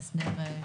עדיף לא להקריא.